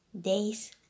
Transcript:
Days